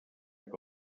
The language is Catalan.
que